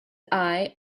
eye